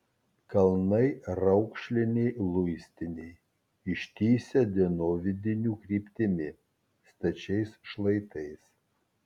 kalnai raukšliniai luistiniai ištįsę dienovidinių kryptimi stačiais šlaitais